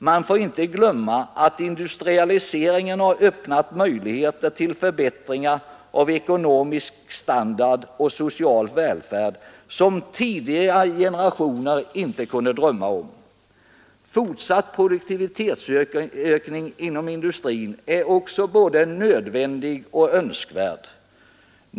Man får inte glömma att industrialiseringen har öppnat möjligheter till en förbättring av ekonomisk standard och social välfärd som tidigare generationer inte kunde drömma om. Fortsatt produktivitetsökning inom industrin är också både nödvändig och önskvärd.